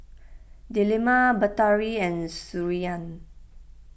Delima Batari and Surinam